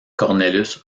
cornelis